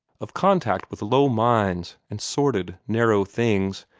of contact with low minds and sordid, narrow things,